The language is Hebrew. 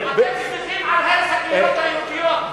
אתם שמחים על הרס הקהילות היהודיות,